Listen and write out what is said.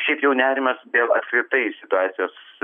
šiaip jau nerimas dėl apskritai situacijos